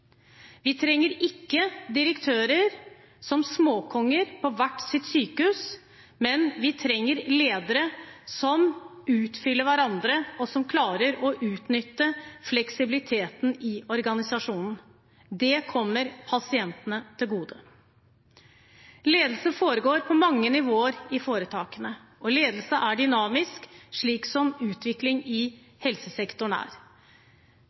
Vi trenger ikke direktører som småkonger på hvert sitt sykehus, men vi trenger ledere som utfyller hverandre, og som klarer å utnytte fleksibiliteten i organisasjonen. Det kommer pasientene til gode. Ledelse foregår på mange nivåer i foretakene, og ledelse er dynamisk, slik som utvikling i helsesektoren er.